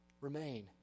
Remain